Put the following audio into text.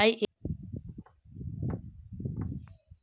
ढाई एकड़ मे धान लगाबो त कतेक किलोग्राम वजन होही?